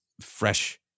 fresh